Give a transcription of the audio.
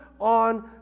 on